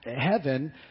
heaven